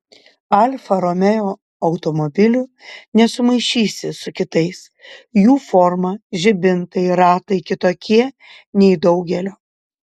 alfa romeo automobilių nesumaišysi su kitais jų forma žibintai ratai kitokie nei daugelio